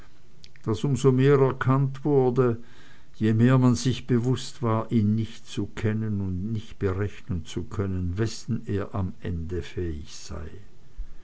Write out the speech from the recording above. so mehr anerkannt wurde je mehr man sich bewußt war ihn nicht zu kennen und nicht berechnen zu können wessen er am ende fähig sei